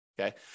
okay